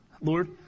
Lord